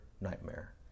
nightmare